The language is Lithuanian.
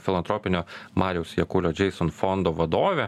filantropinio mariaus jakulio džeison fondo vadove